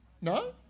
No